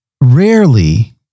rarely